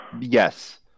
yes